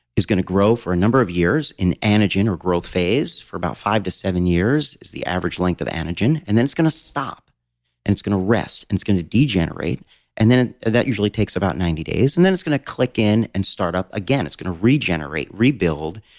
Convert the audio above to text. is going to grow for a number of years in antigen, or growth phase, for about five to seven years is the average length of antigen, and then it's going to stop and it's going to rest and it's going to degenerate that usually takes about ninety days, and then it's going to click in and start up again. it's going to regenerate, rebuild,